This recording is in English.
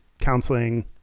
counseling